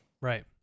right